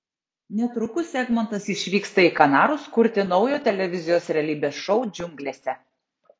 netrukus egmontas išvyksta į kanarus kurti naujo televizijos realybės šou džiunglėse